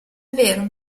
vero